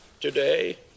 Today